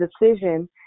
decision